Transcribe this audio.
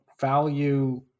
value